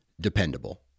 dependable